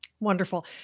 Wonderful